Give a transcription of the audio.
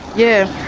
yeah.